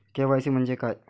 KYC म्हंजे काय?